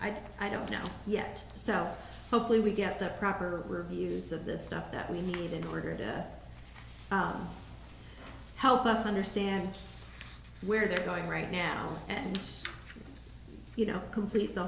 i don't know yet so hopefully we get the proper reviews of this stuff that we need in order to help us understand where they're going right now and you know complete the